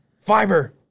fiber